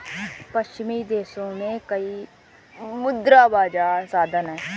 पश्चिमी देशों में कई मुद्रा बाजार साधन हैं